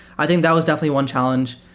i think that was definitely one challenge.